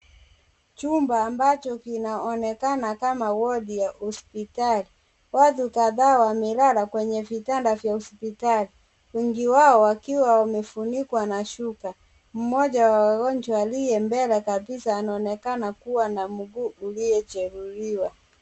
Chumba ambacho kinaonekana kama ward ya hospitali. Watu kadhaa wamelala kwenye vitanda vya hospitali. Wengi wao wakiwa wamefunikwa na shuka. Mmoja wa wagonjwa aliye mbele kabisa anaonekana kuwa na mguu ulio jeruhiwa.